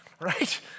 right